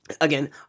Again